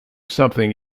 something